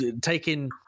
taking